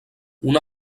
una